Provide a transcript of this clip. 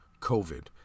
COVID